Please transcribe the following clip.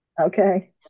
Okay